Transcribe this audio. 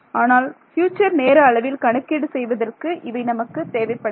ஆனால் ஃப்யூச்சர் நேர அளவில் கணக்கீடு செய்வதற்கு இவை நமக்கு தேவைப்படாது